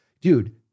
dude